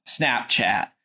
Snapchat